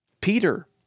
Peter